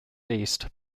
beast